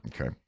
Okay